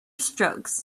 strokes